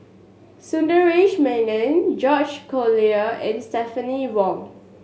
Sundaresh Menon George Collyer and Stephanie Wong